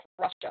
Russia